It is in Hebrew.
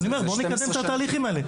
אני אומר שבואו נקדם את התהליכים האלה.